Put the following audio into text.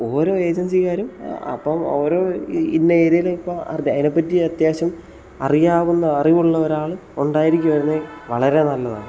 ഓരോ ഏജൻസിക്കാരും അപ്പം ഓരോ ഇന്ന ഏരിയയിൽ അതിനെപ്പറ്റി അത്യാവശ്യം അറിയാവുന്ന അറിവുള്ള ഒരാൾ ഉണ്ടായിരിക്കുവായിരുന്നെങ്കിൽ വളരെ നല്ലതാണ്